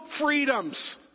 freedoms